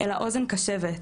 אלא אוזן קשבת.